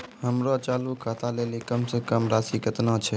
हमरो चालू खाता लेली कम से कम राशि केतना छै?